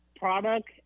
product